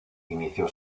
inició